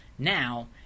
Now